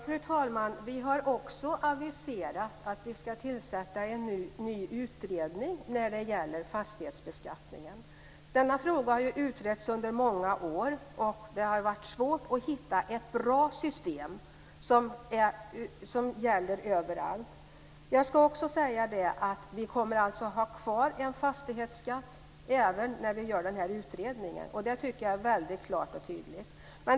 Fru talman! Vi har också aviserat att vi ska tillsätta en ny utredning när det gäller fastighetsbeskattningen. Denna fråga har ju utretts under många år, och det har varit svårt att hitta ett bra system som gäller överallt. Jag ska också säga det att vi alltså kommer att ha kvar en fastighetsskatt även när vi gör den här utredningen, och det tycker jag är väldigt klart och tydligt.